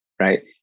right